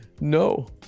no